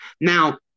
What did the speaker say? Now